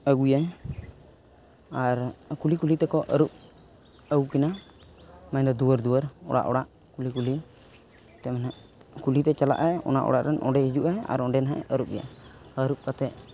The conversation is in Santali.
ᱟᱹᱜᱩᱭᱟᱭ ᱟᱨ ᱠᱩᱞᱦᱤ ᱠᱩᱞᱦᱤ ᱛᱮᱠᱚ ᱟᱹᱨᱩᱵ ᱟᱹᱜᱩ ᱠᱤᱱᱟ ᱢᱮᱱᱫᱚ ᱫᱩᱣᱟᱹᱨ ᱫᱩᱣᱟᱹᱨ ᱚᱲᱟᱜ ᱚᱲᱟᱜ ᱠᱩᱞᱦᱤ ᱠᱩᱞᱦᱤ ᱛᱮ ᱱᱟᱦᱟᱜ ᱠᱩᱞᱦᱤᱛᱮ ᱪᱟᱞᱟᱜ ᱟᱭ ᱚᱱᱟ ᱚᱲᱟᱜ ᱨᱮᱱ ᱚᱸᱰᱮ ᱦᱤᱡᱩᱜᱼᱟᱭ ᱟᱨ ᱚᱸᱰᱮ ᱱᱟᱦᱟᱜ ᱮ ᱟᱹᱨᱩᱵᱮᱭᱟᱭ ᱟᱹᱨᱩᱵ ᱠᱟᱛᱮᱫ